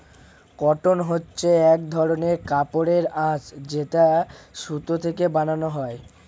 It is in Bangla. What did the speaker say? কটন হচ্ছে এক ধরনের কাপড়ের আঁশ যেটা সুতো থেকে বানানো হয়